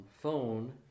phone